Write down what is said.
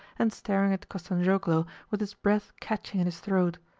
and staring at kostanzhoglo with his breath catching in his throat.